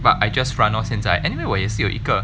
but I just run lor 现在 anyway 我也是有一个